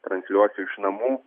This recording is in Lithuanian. transliuosiu iš namų